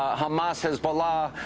hamas, hezbollah,